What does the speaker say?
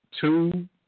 two